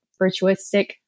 virtuistic